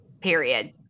period